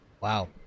Wow